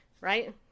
right